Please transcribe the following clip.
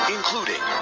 Including